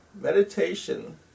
meditation